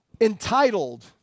entitled